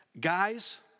Guys